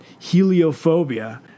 heliophobia